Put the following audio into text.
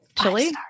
chili